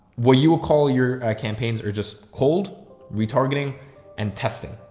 where you call your ah, campaigns or just cold retargeting and testing.